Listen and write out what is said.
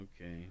Okay